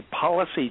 policy